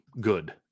Good